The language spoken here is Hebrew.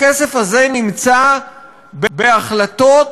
הכסף הזה נמצא בהחלטות